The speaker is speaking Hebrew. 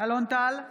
אלון טל,